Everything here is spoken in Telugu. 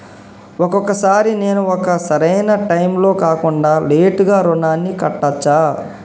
ఒక్కొక సారి నేను ఒక సరైనా టైంలో కాకుండా లేటుగా రుణాన్ని కట్టచ్చా?